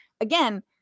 again